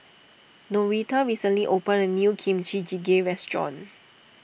Noretta recently opened a new Kimchi Jjigae restaurant